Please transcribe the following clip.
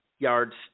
yards